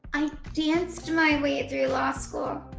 i danced my way through law school.